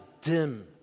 dim